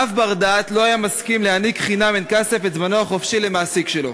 אף בר-דעת לא היה מסכים להעניק חינם אין-כסף את זמנו החופשי למעסיק שלו,